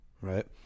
right